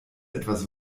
etwas